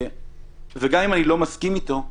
גם אם אני לא מסכים איתו,